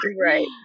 Right